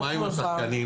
אוקי, ומה עם השחקנים?